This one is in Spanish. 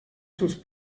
sus